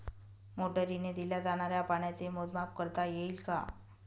मोटरीने दिल्या जाणाऱ्या पाण्याचे मोजमाप करता येईल का?